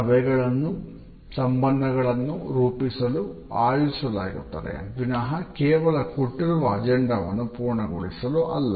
ಸಭೆಗಳನ್ನು ಸಂಬಂಧಗಳನ್ನು ರೂಪಿಸಲು ಆಯೋಜಿಸಲಾಗುತ್ತದೆ ವಿನಹ ಕೇವಲ ಕೊಟ್ಟಿರುವ ಅಜೆಂಡಾವನ್ನು ಪೂರ್ಣಗೊಳಿಸಲು ಅಲ್ಲ